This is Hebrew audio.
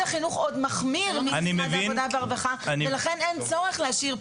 החינוך עוד מחמיר ממשרד העבודה והרווחה,